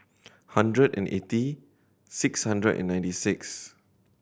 hundred and eighty six hundred and ninety six